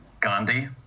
Gandhi